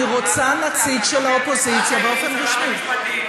אני רוצה נציג של האופוזיציה באופן רשמי.